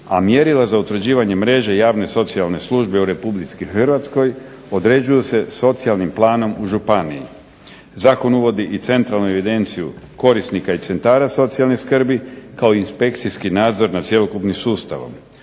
a mjerila za utvrđivanje mreže javne socijalne službe u Republici Hrvatskoj određuju se socijalnim planom u županiji. Zakon uvodi i centralnu evidenciju korisnika i centara socijalne skrbi kao i inspekcijski nadzor nad cjelokupnim sustavom.